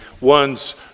ones